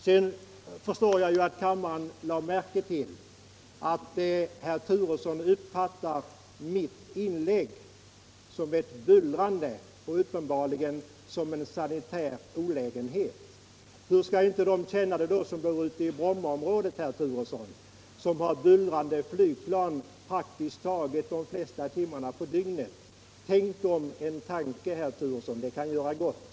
Jag förstår att kammaren lade märke till att Bo Turesson uppfattade mitt inlägg som ett bullrande och uppenbarligen som en sanitär olägenhet. Hur skall inte de som bor i Brommaområdet då känna det som hör bullrande flygplan praktiskt taget under de flesta timmarna på dygnet? Ägna dem en tanke, Bo Turesson, det kan vara gott!